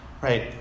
right